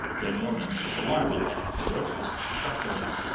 the yeoman took alarm at that ferocious truculence.